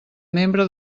membre